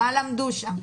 מה למדו שם,